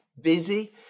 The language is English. busy